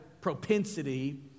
propensity